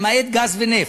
למעט גז ונפט,